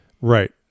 Right